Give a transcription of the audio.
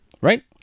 right